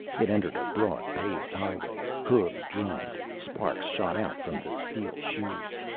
it entered a broad paved highway. hooves drummed sparks shot out from the steel shoes.